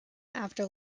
after